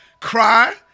Cry